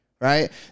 Right